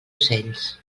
ocells